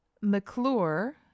McClure